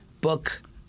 book